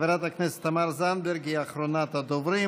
חברת הכנסת תמר זנדברג היא אחרונת הדוברים.